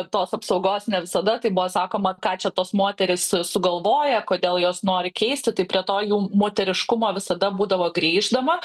tos apsaugos ne visada tai buvo sakoma ką čia tos moterys sugalvoja kodėl jos nori keisti tai prie to jų moteriškumo visada būdavo grįždama